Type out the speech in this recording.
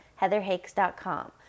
heatherhakes.com